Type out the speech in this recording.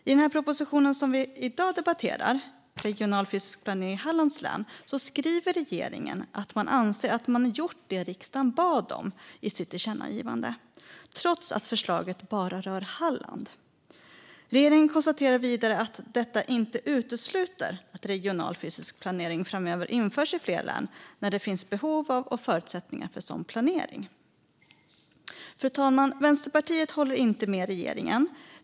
I den proposition som vi debatterar i dag, Regional fysisk planering i Hallands län , skriver regeringen att man anser att man gjort det som riksdagen bad om i sitt tillkännagivande, trots att förslaget bara rör Halland. Regeringen konstaterar vidare att detta "inte utesluter att regional fysisk planering framöver införs i fler län när det finns behov av och förutsättningar för sådan planering". Fru talman! Vänsterpartiet håller inte med regeringen.